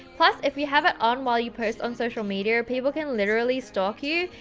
plus, if you have it on while you post on social media, people can literally stalk you,